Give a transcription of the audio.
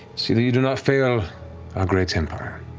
see that you do not fail our great empire.